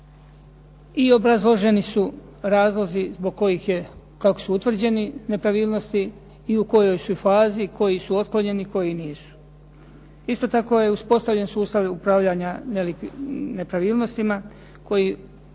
i obrazloženi su razlozi zbog kojih je kako su utvrđene nepravilnosti, i u kojoj su fazi, koji su otklonjeni koji nisu. Isto tako uspostavljen je sustav upravljanja nepravilnostima koji